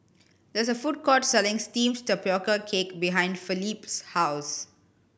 there is a food court selling steamed tapioca cake behind Felipe's house